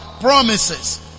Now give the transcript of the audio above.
Promises